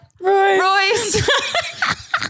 Royce